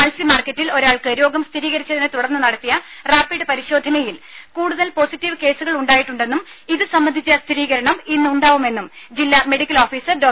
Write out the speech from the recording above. മൽസ്യ മാർക്കറ്റിൽ ഒരാൾക്ക് രോഗം സ്ഥിരീകരിച്ചതിനെ തുടർന്ന് നടത്തിയ റാപ്പിഡ് പരിശോധനയിൽ കൂടുതൽ പോസിറ്റിവ് കേസുകൾ ഉണ്ടായിട്ടുണ്ടെന്നും ഇത് സംബന്ധിച്ച സ്ഥിരീകരണം ഇന്ന് ഉണ്ടാവുമെന്നും ജില്ലാ മെഡിക്കൽ ഓഫീസർ ഡോ